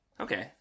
Okay